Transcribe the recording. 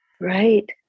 Right